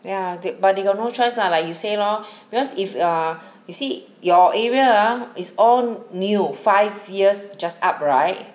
yeah they but they got no choice lah like you say lor because if ah you see your area ah is all new five years just up right